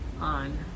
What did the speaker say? on